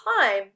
time